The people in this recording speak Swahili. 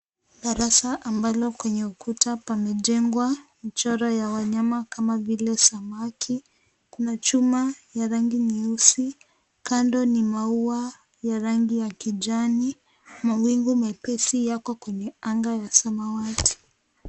Darasa ambalo kwenye ukuta pamejengwa mchoro ya wanyama kama vile samaki. Kuna chuma ya rangi nyeusi kando ni maua ya rangi ya kijani mawingu mepesi yako kwenye anga ya samawati.